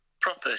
proper